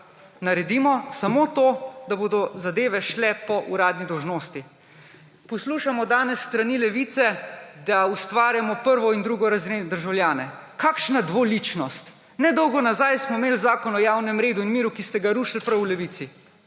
naredimo? Samo to, da bodo zadeve šle po uradni dolžnosti. Danes poslušamo s strani Levice, da ustvarjamo prvo- in drugorazredne državljane. Kakšna dvoličnost! Nedolgo nazaj smo imeli Zakon o javnem redu in miru, ki ste ga rušili prav v Levici.